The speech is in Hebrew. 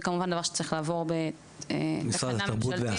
זה כמובן דבר שצריך לעבור בתקנה ממשלתית,